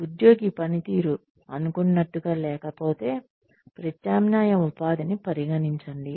ఉద్యోగి పనితీరు అనుకున్నట్టుగా లేకపోతే ప్రత్యామ్నాయ ఉపాధిని పరిగణించండి